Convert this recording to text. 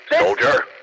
Soldier